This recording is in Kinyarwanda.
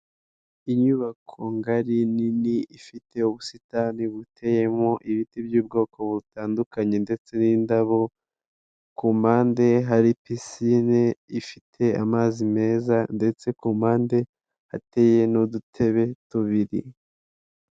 Inyubako ngari nini ifite ubusitani buteyemo ibiti by'ubwoko butandukanye ndetse n'indabo ku mpande hari pisine ifite amazi meza ndetse ku mpande hateye n'udutebe tubiri.